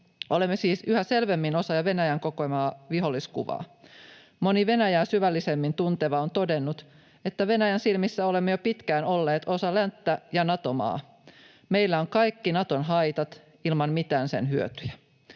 Olemme siis yhä selvemmin osa jo Venäjän kokoamaa viholliskuvaa. Moni Venäjää syvällisemmin tunteva on todennut, että Venäjän silmissä olemme jo pitkään olleet osa länttä ja Nato-maa. Meillä on kaikki Naton haitat ilman mitään sen hyötyjä.